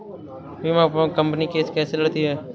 बीमा company case कैसे लड़ती है?